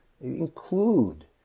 include